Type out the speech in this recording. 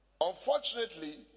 Unfortunately